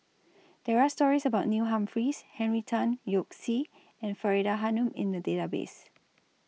There Are stories about Neil Humphreys Henry Tan Yoke See and Faridah Hanum in The Database